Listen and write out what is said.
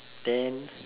then